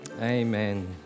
Amen